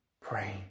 praying